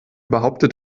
behauptet